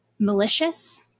Malicious